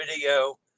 video